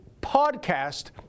PODCAST